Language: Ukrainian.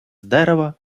дерева